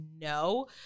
no